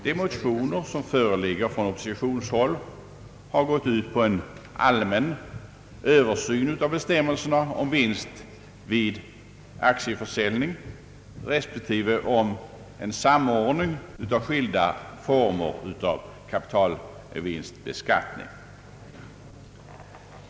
De motioner som föreligger från oppositionshåll har gått ut på en allmän översyn av bestämmelserna om vinst vid aktieförsäljning respektive en samordning av skilda former av kapital vinstbeskattning.